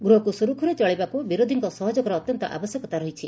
ଗୃହକୁ ସୁରୁଖୁରୁରେ ଚଳାଇବାକୁ ବିରୋଧୀଙ୍କ ସହଯୋଗ ଅତ୍ୟନ୍ତ ଆବଶ୍ୟକ ରହିଛି